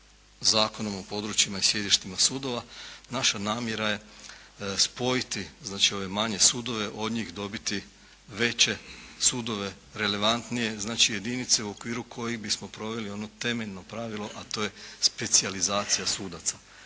Zakonom o područjima i sjedištima sudova? Naša namjera je spojiti znači ove manje sudove, od njih dobiti veće sudove, relevantnije, znači jedinice u okviru kojih bismo proveli ono temeljno pravilo, a to je specijalizacija sudaca.